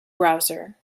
browser